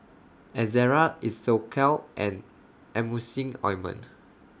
Ezerra Isocal and Emulsying Ointment